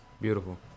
Beautiful